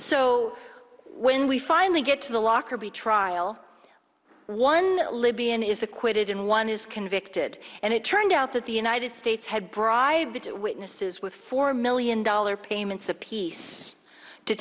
so when we finally get to the lockerbie trial one libyan is acquitted and one is convicted and it turned out that the united states had brought witnesses with four million dollars payments apiece to